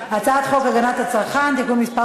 הגנת הצרכן (תיקון מס'